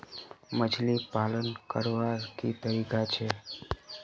मछली पालन करवार की तरीका छे?